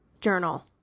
journal